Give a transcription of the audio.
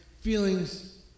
feelings